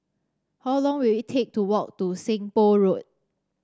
how long will it take to walk to Seng Poh Road